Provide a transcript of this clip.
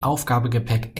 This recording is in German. aufgabegepäck